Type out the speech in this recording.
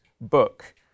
book